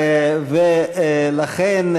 לכן,